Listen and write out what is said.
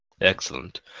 Excellent